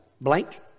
blank